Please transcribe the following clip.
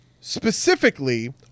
Specifically